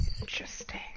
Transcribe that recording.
Interesting